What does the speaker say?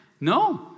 No